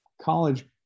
college